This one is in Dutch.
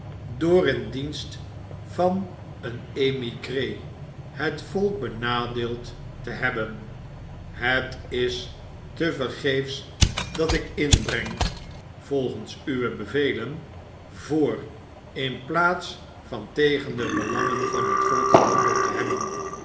door in dienst van een emigre het volk benadeeld te hebben het is tevergeet's dat ik inbreng volgens uwe bevelen voor in plaats van tegen de belangen van het volk gehandeld te hebben